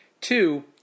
Two